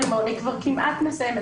אני כבר כמעט מסיימת.